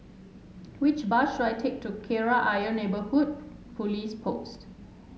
which bus should I take to Kreta Ayer Neighbourhood Police Post